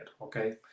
Okay